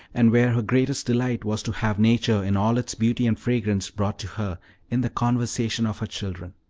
and where her greatest delight was to have nature in all its beauty and fragrance brought to her in the conversation of her children.